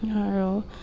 আৰু